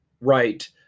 right